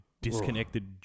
disconnected